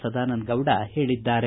ಸದಾನಂದಗೌಡ ಹೇಳಿದ್ದಾರೆ